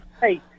hey